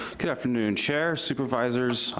good afternoon, chair, supervisors.